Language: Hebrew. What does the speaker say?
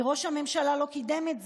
כי ראש הממשלה לא קידם את זה.